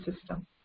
system